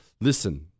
Listen